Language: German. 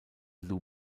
liu